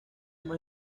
más